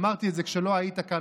אמרתי את זה כשלא היית כאן,